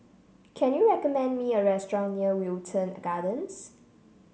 can you recommend me a restaurant near Wilton Gardens